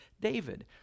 David